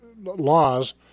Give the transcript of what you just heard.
laws